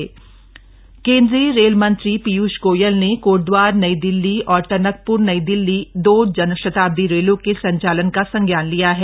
पीयष गोयल केंद्रीय रेल मंत्री पीयूष गोयल ने कोटद्वार नई दिल्ली और टनकप्र नई दिल्ली दो जनशताब्दी रेलों के संचालन का संज्ञान लिया है